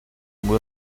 muy